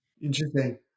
Interesting